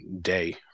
day